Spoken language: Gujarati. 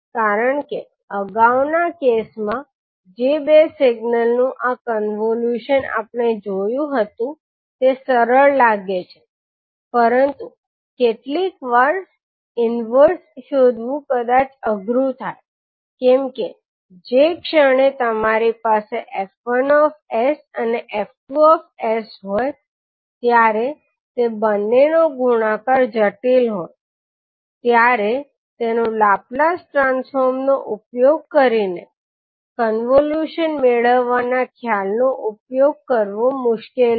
કારણ કે અગાઉના કેસ માં જે બે સિગ્નલ નું આ કોન્વોલ્યુશન આપણે જોયું હતું તે સરળ લાગે છે પરંતુ કેટલીકવાર ઇન્વર્સ શોધવું કદાચ અઘરું થાય કેમ કે જે ક્ષણે તમારી પાસે 𝐹1 𝑠 અને 𝐹2 𝑠 હોય ત્યારે તે બંને નો ગુણાકાર જટિલ હોય ત્યારે તેનું લાપ્લેસ ટ્રાન્સફોર્મ નો ઉપયોગ કરીને કોન્વોલ્યુશન મેળવવાના ખ્યાલનો ઉપયોગ કરવો મુશ્કેલ છે